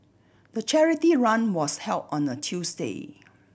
the charity run was held on a Tuesday